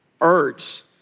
urge